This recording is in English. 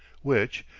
which,